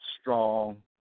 strong